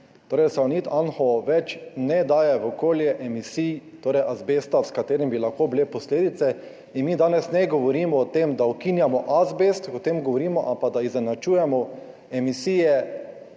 Torej, Salonit Anhovo več ne daje v okolje emisij, torej azbesta, zaradi katerega bi lahko bile posledice. In mi danes ne govorimo o tem, da ukinjamo azbest, o tem ne govorimo, ampak da izenačujemo emisije